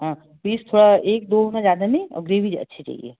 हाँ पीस एक दो में ज़्यादा नहीं और ग्रेवी अच्छी चाहिए